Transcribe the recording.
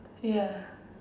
ya